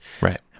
Right